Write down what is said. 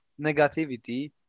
negativity